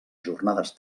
jornades